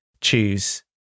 choose